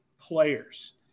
players